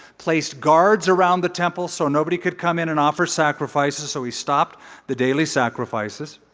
placed guards around the temple so nobody could come in and offer sacrifices. so he stopped the daily sacrifices.